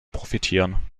profitieren